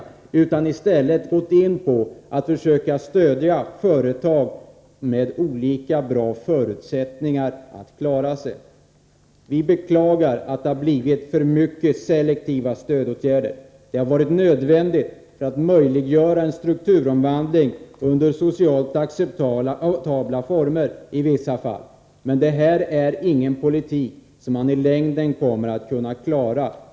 Det har i stället gått ut på att försöka stödja företag med olika bra förutsättningar att klara sig. Vi beklagar att det har blivit för mycket selektiva stödåtgärder, men det har varit nödvändigt för att i vissa fall möjliggöra en strukturomvandling under socialt acceptabla former. Men detta är ingen politik som man i längden kommer att kunna föra.